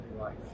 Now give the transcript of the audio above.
life